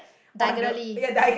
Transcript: diagonally